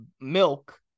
milk